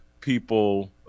people